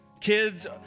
Kids